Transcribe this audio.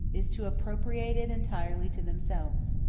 is to appropriate it entirely to themselves.